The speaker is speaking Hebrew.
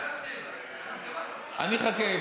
אני אחכה.